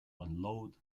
unload